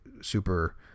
super